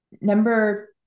number